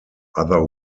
other